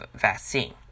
vaccine